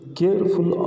careful